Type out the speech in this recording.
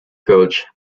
coach